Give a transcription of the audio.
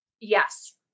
Yes